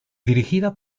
dirigida